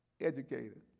educated